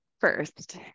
first